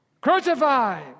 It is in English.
crucify